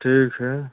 ठीक है